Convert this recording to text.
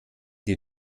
die